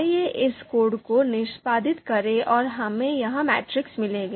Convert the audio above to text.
आइए इस कोड को निष्पादित करें और हमें यह मैट्रिक्स मिलेगा